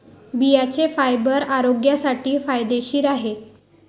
बियांचे फायबर आरोग्यासाठी फायदेशीर आहे